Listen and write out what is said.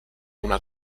una